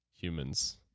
humans